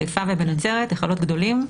בחיפה ובנצרת היכלות גדולים,